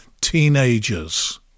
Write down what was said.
teenagers